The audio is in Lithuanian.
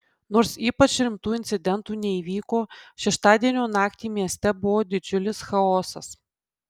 nors ypač rimtų incidentų neįvyko šeštadienio naktį mieste buvo didžiulis chaosas